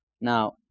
Now